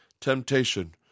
Temptation